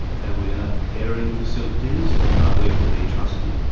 have we enough caring facilities and are they to be trusted?